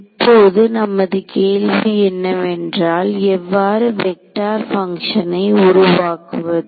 இப்போது நமது கேள்வி என்னவென்றால் எவ்வாறு வெக்டார் பங்க்ஷனை உருவாக்குவது